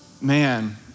man